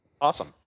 Awesome